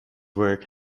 work